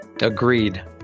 Agreed